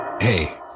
Hey